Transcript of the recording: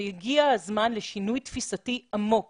הגיע הזמן לשינוי תפיסתי עמוק